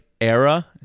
era